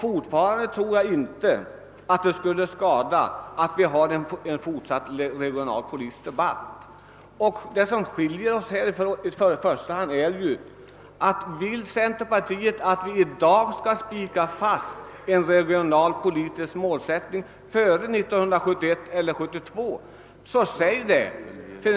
Fortfarande tror jag inte att det skulle skada om vi förde en fortsatt regionalpolitisk debatt. Om centerpartiet vill att vi i dag skall spika fast en regionalpolitisk målsättning före 1971—1972, säg i så fall ifrån!